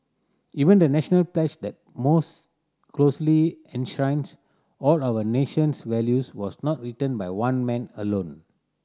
even the National pledge that most closely enshrines all our nation's values was not written by one man alone